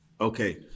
Okay